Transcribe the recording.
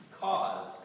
cause